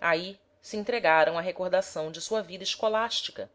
aí se entregaram à recordação da sua vida escolástica